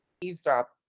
Eavesdrop